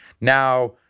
now